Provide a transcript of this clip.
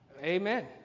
Amen